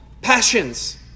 passions